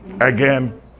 again